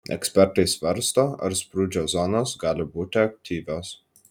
ekspertai svarsto ar sprūdžio zonos gali būti aktyvios